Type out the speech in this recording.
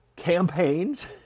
campaigns